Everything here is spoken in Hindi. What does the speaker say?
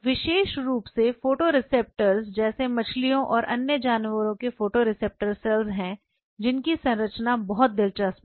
विशेष रूप से फोटोरिसेप्टर जैसे मछलियों और अन्य जानवरों के फोटोरिसेप्टर सेल्स हैं जिनकी संरचना बहुत दिलचस्प है